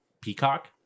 Peacock